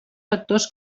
factors